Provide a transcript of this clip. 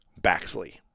Baxley